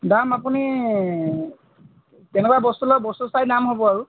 দাম আপুনি কেনেকুৱা বস্তু লয় বস্তু চাই দাম হ'ব আৰু